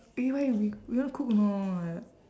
eh why we you wanna cook or not